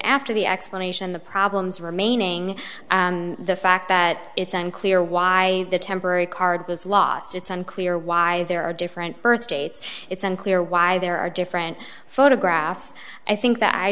after the explanation the problems remaining and the fact that it's unclear why the temporary card was lost it's unclear why there are different birth dates it's unclear why there are different photographs i think that i